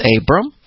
Abram